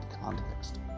context